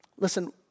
Listen